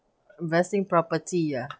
investing property ah